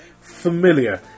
Familiar